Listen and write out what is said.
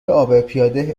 عابرپیاده